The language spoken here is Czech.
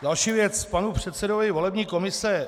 Další věc k panu předsedovi volební komise.